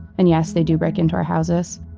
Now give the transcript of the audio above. and yes, they do break into our houses,